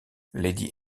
lady